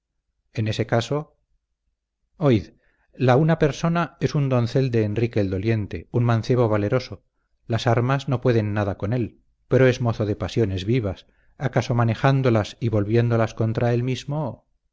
en ese caso oíd la una persona es un doncel de enrique el doliente un mancebo valeroso las armas no pueden nada con él pero es mozo de pasiones vivas acaso manejándolas y volviéndolas contra él mismo